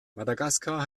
madagaskar